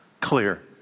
clear